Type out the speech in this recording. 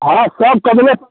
हाँ सब कमल पर